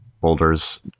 boulders